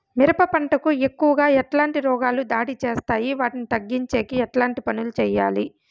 మిరప పంట కు ఎక్కువగా ఎట్లాంటి రోగాలు దాడి చేస్తాయి వాటిని తగ్గించేకి ఎట్లాంటి పనులు చెయ్యాలి?